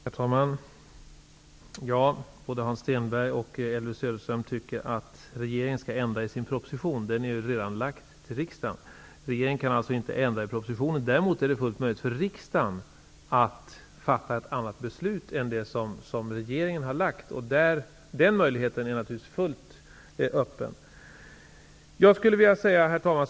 Herr talman! Både Hans Stenberg och Elvy Söderström tycker att regeringen skall ändra i propositionen. Nu har propositionen redan lagts fram för riksdagen. Regeringen kan alltså inte ändra i propositionen. Däremot är det fullt möjligt för riksdagen att fatta ett annat beslut än vad regeringen vill. Den möjligheten är naturligtvis fullt öppen. Herr talman!